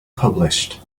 published